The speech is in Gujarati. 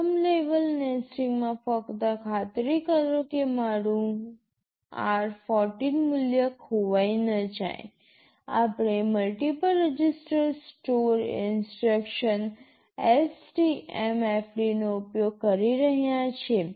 પ્રથમ લેવલ નેસ્ટિંગ માં ફક્ત ખાતરી કરો કે મારું r14 મૂલ્ય ખોવાઈ ન જાય આપણે multiple register store instruction STMFD નો ઉપયોગ કરી રહ્યા છીએ